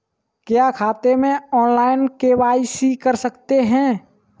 क्या खाते में ऑनलाइन के.वाई.सी कर सकते हैं?